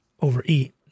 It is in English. overeat